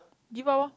give up orh